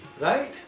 Right